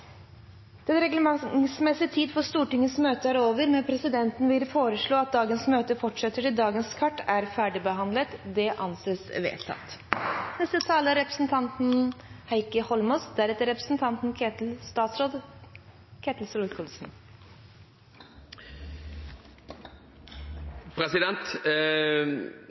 Den reglementsmessige tiden for kveldsmøtet er nå omme, og presidenten vil foreslå at møtet fortsetter til dagens kart er ferdigbehandlet. – Det anses vedtatt. Som representanten Jegstad var inne på, er